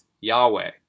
Yahweh